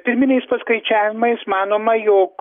pirminiais paskaičiavimais manoma jog